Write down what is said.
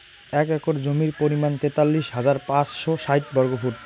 এক একর জমির পরিমাণ তেতাল্লিশ হাজার পাঁচশ ষাইট বর্গফুট